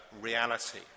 reality